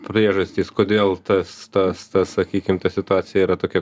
priežastys kodėl tas tas tas sakykim ta situacija yra tokia